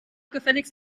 gefälligst